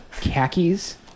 Khakis